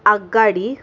आगगाडी